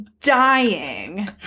Dying